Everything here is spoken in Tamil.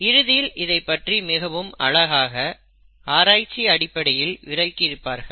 இறுதியில் இதைப்பற்றி மிகவும் ஆழமாக ஆராய்ச்சி அடிப்படையில் விளக்கி இருப்பார்கள்